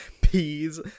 peas